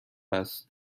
است